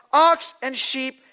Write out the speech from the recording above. ox and sheep,